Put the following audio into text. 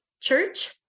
Church